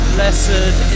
Blessed